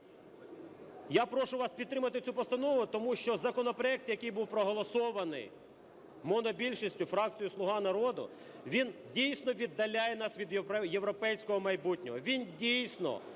я прошу вас підтримати цю постанову, тому що законопроект, який був проголосований монобільшістю фракцією "Слуга народу", він, дійсно, віддаляє нас від європейського майбутнього.